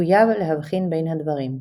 מחויב להבחין בין הדברים.